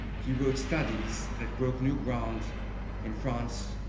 he wrote studies that broke new ground in france,